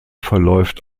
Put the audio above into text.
verläuft